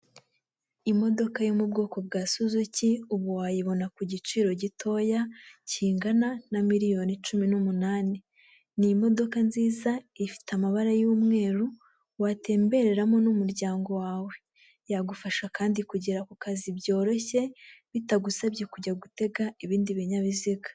Umodoka yo mu bwoko bwa suzuki, ubu wayibona ku giciro gitoya kingana na miliyoni cumi n'umunani. Ni modoka nziza, ifite amabara y'umweru, watembereramo n'umuryango wawe. Yagufasha kandi kugera ku kazi byoroshye, bitagusabye kujya gutega ibindi binyabiziga.